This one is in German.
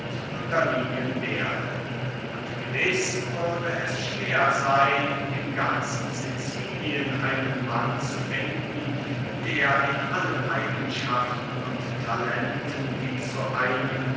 unterliegen werde und gewiß würde es schwer seyn im ganzen sicilien einen mann zu finden der in allen eigenschaften und talenten die zu einem